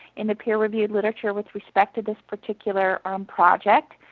in peer-reviewed literature, with respect to this particular um project,